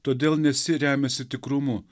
todėl nes ji remiasi tikrumu